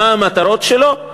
מה המטרות שלו.